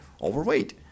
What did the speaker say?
overweight